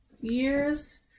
years